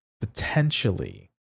potentially